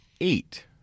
eight